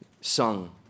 sung